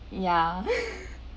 ya